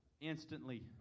Instantly